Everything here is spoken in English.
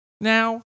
now